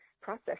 process